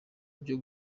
byo